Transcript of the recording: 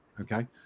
okay